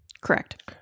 Correct